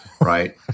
right